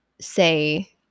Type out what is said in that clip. say